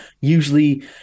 Usually